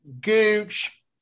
Gooch